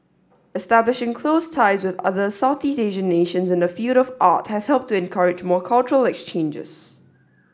establishing close ties with other Southeast Asian nations in the field of art has helped to encourage more cultural exchanges